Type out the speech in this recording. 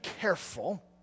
careful